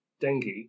dengue